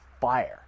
fire